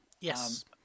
yes